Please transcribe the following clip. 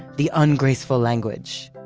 the ungraceful language.